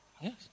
Yes